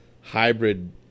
hybrid